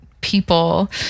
people